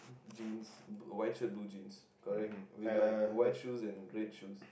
jeans white shirt blue jeans correct we like white shoes and red shoes